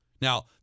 Now